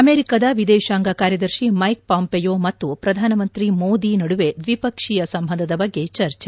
ಅಮೆರಿಕದ ವಿದೇಶಾಂಗ ಕಾರ್ಯದರ್ಶಿ ಮೈಕ್ ಪಾಂಪೆಯೊ ಮತ್ತು ಪ್ರಧಾನಮಂತ್ರಿ ಮೋದಿ ನಡುವೆ ದ್ವಿಪಕ್ವೀಯ ಸಂಬಂಧದ ಬಗ್ಗೆ ಚರ್ಚೆ